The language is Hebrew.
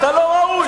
אתה לא ראוי.